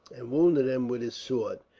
and wounded him with his sword.